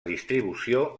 distribució